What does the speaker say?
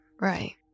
right